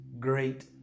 great